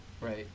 right